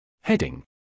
Heading